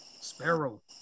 Sparrow